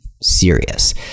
serious